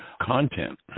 content